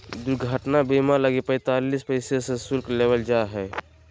दुर्घटना बीमा लगी पैंतीस पैसा के शुल्क लेबल जा हइ